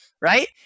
right